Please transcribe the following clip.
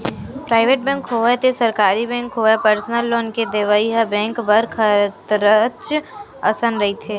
private bank होवय ते सरकारी बेंक होवय परसनल लोन के देवइ ह बेंक बर खतरच असन रहिथे